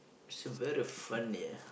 so very fun ya